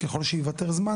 ככל שיוותר זמן,